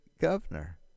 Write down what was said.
governor